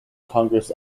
congress